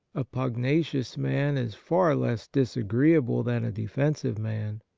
a pugnacious man is far less dis agreeable than a defensive man.